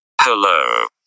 Hello